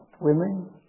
women